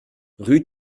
rue